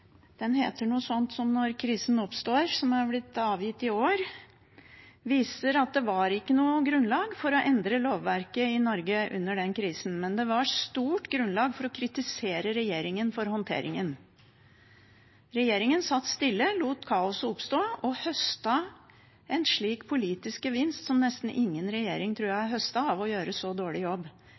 var noe grunnlag for å endre lovverket i Norge under den krisen, men det var stort grunnlag for å kritisere regjeringen for håndteringen. Regjeringen satt stille, lot kaoset oppstå og høstet en slik politisk gevinst som jeg tror nesten ingen regjering har høstet av å gjøre en så dårlig jobb,